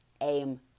aim